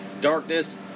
darkness